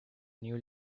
new